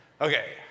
Okay